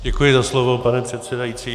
Děkuji za slovo, pane předsedající.